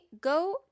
go